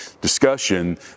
discussion